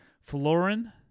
Florin